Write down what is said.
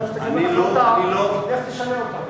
אני לא, אחרי שתקבל החלטה, לך תשנה אותה.